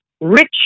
rich